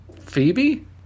Phoebe